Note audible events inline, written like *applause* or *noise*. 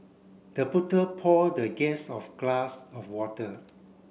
the *unintelligible* pour the guest of glass of water